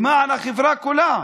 למען החברה כולה,